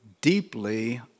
deeply